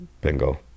Bingo